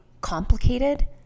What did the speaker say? complicated